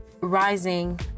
rising